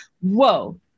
whoa